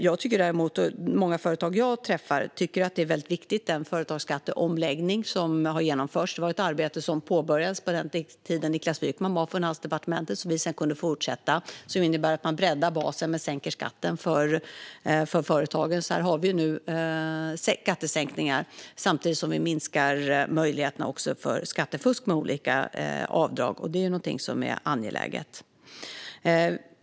På många företag som jag träffar tycker man däremot att den företagsskatteomläggning som har genomförts är viktig. Det var ett arbete som påbörjades på den tid som Niklas Wykman var på Finansdepartementet, som vi sedan kunde fortsätta och som innebär att man breddar basen men sänker skatten för företagen. Nu har vi skattesänkningar samtidigt som vi minskar möjligheterna för skattefusk med olika avdrag. Det är någonting som är angeläget.